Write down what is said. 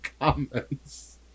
comments